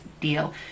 deal